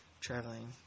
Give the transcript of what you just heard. traveling